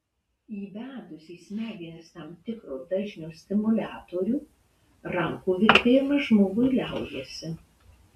įvedus į smegenis tam tikro dažnio stimuliatorių rankų virpėjimas žmogui liaujasi